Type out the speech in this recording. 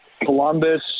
Columbus